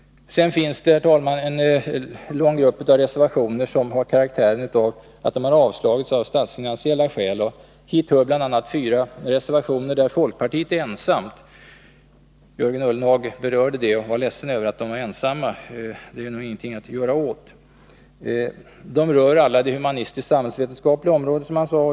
Herr talman! Så finns det en stor grupp av reservationer som har det gemensamt att de har avstyrkts av statsfinansiella skäl. Hit hör bl.a. fyra reservationer där folkpartiet står ensamt. Jörgen Ullenhag berörde detta och var ledsen över att de var ensamma, men det är nog ingenting att göra åt. Reservationerna rör alla det humanistiskt-samhällsvetenskapliga området.